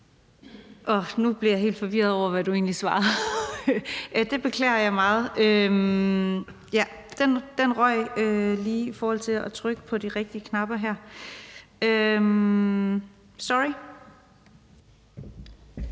Nu blev jeg helt forvirret, i forhold til hvad du egentlig svarede. Det beklager jeg meget. Den røg lige i forhold til det med at trykke på de rigtige knapper. Sorry.